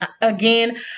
Again